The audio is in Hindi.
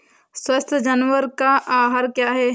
स्वस्थ जानवर का आहार क्या है?